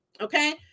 Okay